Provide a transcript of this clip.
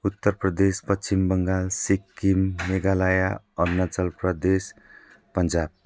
Uttar Pradesh Paschim Bangal Sikkim Meghalaya Arunachal Pradesh Punjab